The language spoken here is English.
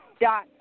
dot